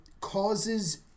causes